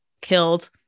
killed